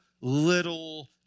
little